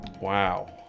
wow